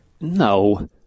No